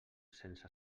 sense